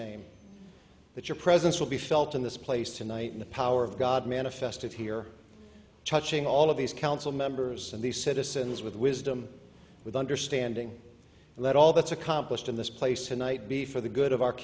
today that your presence will be felt in this place tonight in the power of god manifested here touching all of these council members and the citizens with wisdom with understanding that all that's accomplished in this place tonight be for the good of our